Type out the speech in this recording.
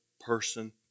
person